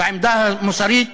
ועמדה מוסרית